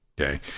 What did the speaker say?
okay